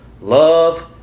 Love